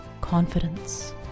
confidence